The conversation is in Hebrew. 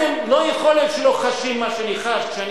לא יכול להיות שאתם לא חשים מה שאני חש כשאני